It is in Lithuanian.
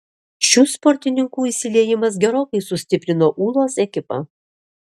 šių sportininkų įsiliejimas gerokai sustiprino ūlos ekipą